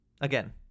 again